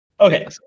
Okay